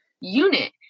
unit